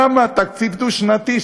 למה תקציב דו-שנתי?